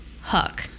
Hook